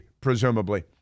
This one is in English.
presumably